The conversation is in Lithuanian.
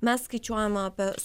mes skaičiuojame apie